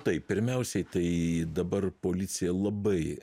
taip pirmiausiai tai dabar policija labai